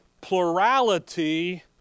plurality